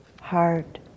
heart